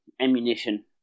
ammunition